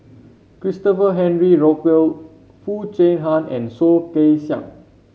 Christopher Henry Rothwell Foo Chee Han and Soh Kay Siang